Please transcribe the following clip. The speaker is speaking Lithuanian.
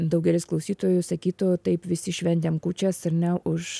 daugelis klausytojų sakytų taip visi šventėm kūčias ar ne už